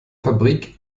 fabrik